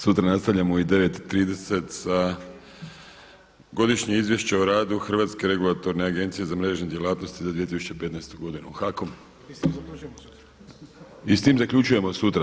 Sutra nastavljamo u 9,30 sa Godišnje izvješće o radu Hrvatske regulatorne agencije za mrežne djelatnosti za 2015. godinu HAKOM i s tim zaključujemo sutra.